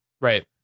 right